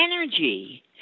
energy